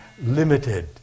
limited